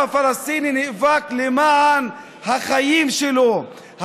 והעם הפלסטיני נאבק למען החיים שלו,